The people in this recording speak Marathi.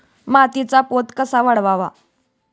मातीचा पोत कसा वाढवावा?